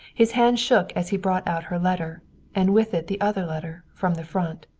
his hand shook as he brought out her letter and with it the other letter, from the front.